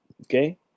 okay